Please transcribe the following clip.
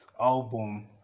album